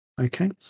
Okay